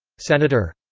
senator?